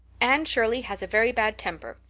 ann shirley has a very bad temper.